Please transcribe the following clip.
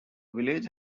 village